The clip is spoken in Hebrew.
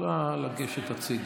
אז את יכולה לגשת הצידה,